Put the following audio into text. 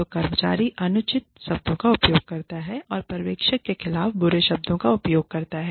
तो कर्मचारी अनुचित शब्दों का उपयोग करता है पर्यवेक्षक के खिलाफ बुरे शब्दों का उपयोग करता है